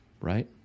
right